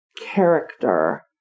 character